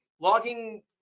logging